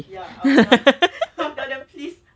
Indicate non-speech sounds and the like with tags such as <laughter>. <laughs>